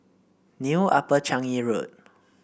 New Upper Changi Road